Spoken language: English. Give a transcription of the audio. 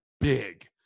big